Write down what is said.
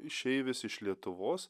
išeivis iš lietuvos